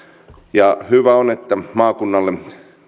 ja hyvä on että maakunnalle